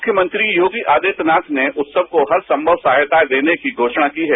मुख्यमंत्री योगी आदित्यनाथ ने उत्सव को हरसंभव सहायता देने की घोशणा की है